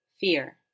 Fear